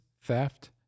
theft